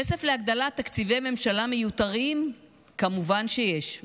כסף להגדלת תקציבי ממשלה מיותרים כמובן שיש,